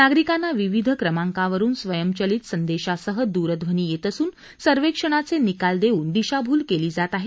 नागरिकांना विविध क्रमाकांवरून स्वयंचलित संदेशासह दूरध्वनी येत असून सर्वेक्षणाचे निकाल देऊन दिशाभूल केली जात आहे